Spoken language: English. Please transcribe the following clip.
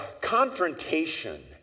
confrontation